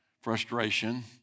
frustration